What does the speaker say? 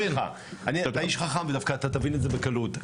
אתה איש חכם ודווקא אתה תבין את זה בקלות.